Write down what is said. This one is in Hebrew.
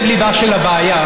לב-ליבה של הבעיה,